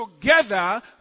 together